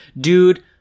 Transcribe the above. Dude